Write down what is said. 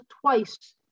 twice